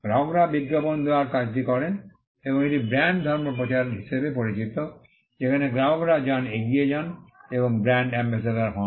গ্রাহকরা বিজ্ঞাপন দেওয়ার কাজটি করেন এবং এটি ব্র্যান্ড ধর্ম প্রচার হিসাবে পরিচিত যেখানে গ্রাহকরা যান এগিয়ে যান এবং ব্র্যান্ড অ্যাম্বাসেডর হন